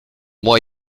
moi